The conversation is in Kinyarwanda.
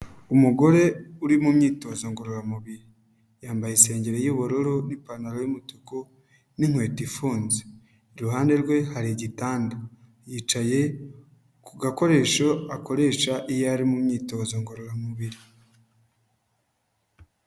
Umugore uri mu myitozo ngororamubiri. Yambaye isengeri y'ubururu n'ipantaro y'umutuku n'inkweto ifunze. Iruhande rwe, hari igitanda. Yicaye ku gakoresho akoresha iyo ari mu myitozo ngororamubiri.